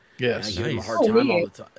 Yes